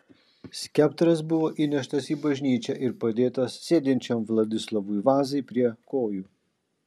skeptras buvo įneštas į bažnyčią ir padėtas sėdinčiam vladislovui vazai prie kojų